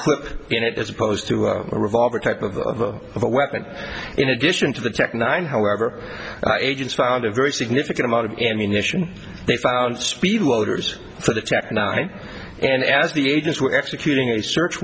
clip in it as opposed to a revolver type of a weapon in addition to the czech nine however agents found a very significant amount of ammunition they found speed loaders for the check now and as the agents were executing a search